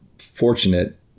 fortunate